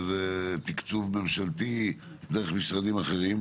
זה תקצוב ממשלתי דרך משרדים אחרים,